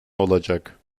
olacak